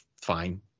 fine